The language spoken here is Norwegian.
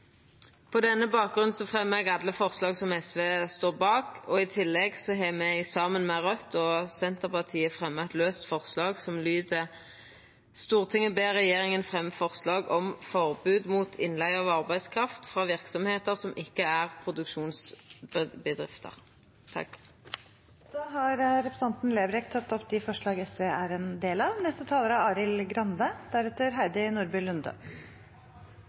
På denne bakgrunnen fremjar eg dei forslaga som SV står bak. I tillegg vil me, saman med Raudt og Senterpartiet, fremja eit laust forslag, som lyder slik: «Stortinget ber regjeringen fremme forslag om forbud mot innleie av arbeidskraft fra virksomheter som ikke er produksjonsbedrifter.» Da har representanten Solfrid Lerbrekk tatt opp de forslagene SV er en del av.